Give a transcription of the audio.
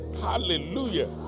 Hallelujah